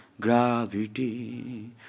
gravity